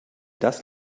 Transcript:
das